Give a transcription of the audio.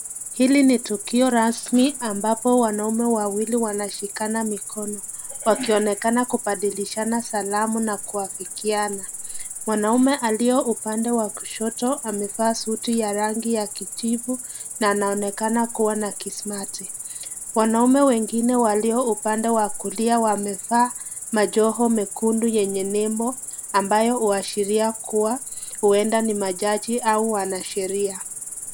Hili ni tukio rasmi ambapo wanaume wawili wanashikana mikono, wakionekana kubadilishana salamu na kuhakikiana. Mwanaume aliyo upande wa kushota amevaa suti ya rangi ya kijibu na anaonekana kuwa na kismati. Wanaume wengine walio upande wa kulia wamevaa majoho mekundu yenye Nemo ambayo huashiria kuwa, huenda ni majaji au wanasheria.